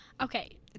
Okay